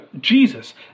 Jesus